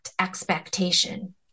expectation